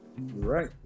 right